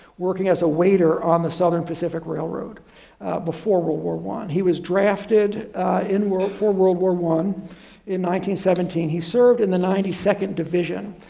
working as a waiter on the southern pacific railroad before world war one. he was drafted in world for world war one in one seventeen. he served in the ninety second division.